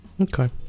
okay